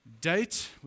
date